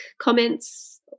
comments